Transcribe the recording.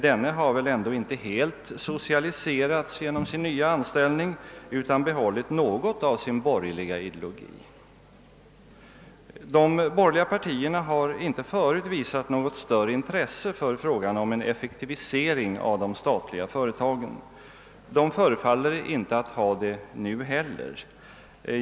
Denne har väl ändå inte helt socialiserats genom sin nya anställning utan behållit något av sin borgerliga ideologi. De borgerliga partierna har inte förut visat något större intresse för frågan om en effektivisering av de statliga företagen, och de förefaller inte ha det nu heller.